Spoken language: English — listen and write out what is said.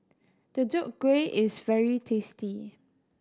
Deodeok Gui is very tasty